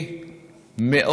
יחיא.